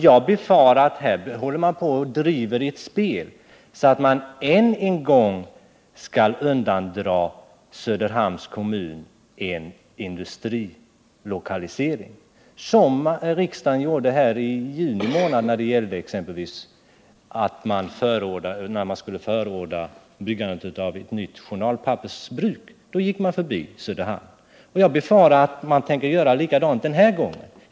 Jag befarar att man här håller på att driva ett spel, så att man än en gång skall undandra Söderhamns kommun en industrilokalisering, exempelvis såsom riksdagen gjorde i juni månad när det gällde att förorda byggandet av ett nytt journalpappersbruk. Då gick man förbi Söderhamn, och jag befarar att man tänker göra likadant den här gången.